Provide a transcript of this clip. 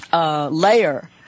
layer